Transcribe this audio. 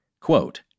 Quote